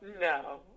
no